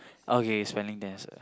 okay spelling test